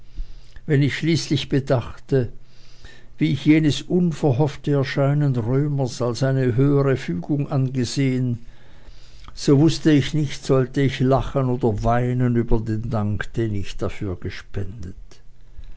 wenn ich schließlich bedachte wie ich jenes unverhoffte erscheinen römers als eine höhere fügung angesehen so wußte ich nicht sollte ich lachen oder weinen über den dank den ich dafür gespendet